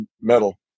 metal